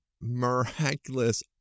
miraculous